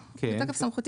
לתקנות